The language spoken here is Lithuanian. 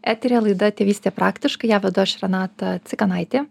eteryje laida tėvystė praktiškai ją vedu aš renata cikanaitė